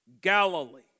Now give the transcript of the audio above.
Galilee